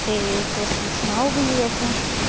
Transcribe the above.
ते तुस मिगी सनाओ बी असें